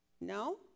No